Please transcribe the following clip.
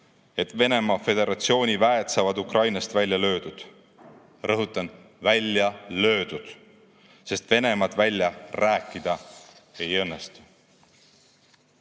et Venemaa Föderatsiooni väed saavad Ukrainast välja löödud. Rõhutan, välja löödud, sest Venemaad välja rääkida ei õnnestu.